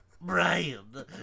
Brian